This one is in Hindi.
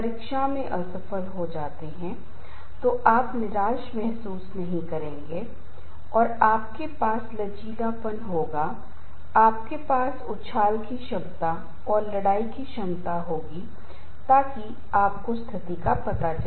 उदाहरण के लिए पर्यावरणीय कारकों में हमारे पास आर्थिक अनिश्चितता है हम रोजगार नहीं करते हैं राजनीतिक अनिश्चितता जैसा कि अभी ब्रिटेन में है या यू के टेक्नोलॉजिकल अनिश्चितता है इसका मतलब है कि रोजमर्रा की तकनीक बदल रही है और आपको इसका सामना करना होगा